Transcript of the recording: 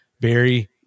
Barry